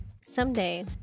Someday